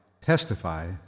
testify